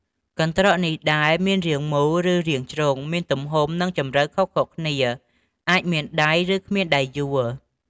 កន្រ្តកនេះដែរ មានរាងមូល ឬរាងជ្រុង មានទំហំ និងជម្រៅខុសៗគ្នា អាចមានដៃ ឬគ្មានដៃយួរ។